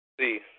See